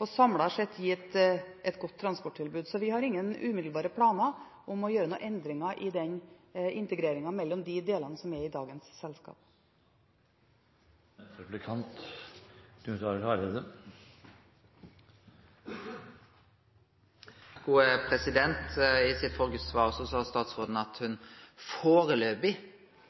og samlet sett gi et godt transporttilbud. Så vi har ingen umiddelbare planer om å gjøre noen endringer i integreringen mellom de delene som er i dagens selskap. I sitt førre svar sa statsråden at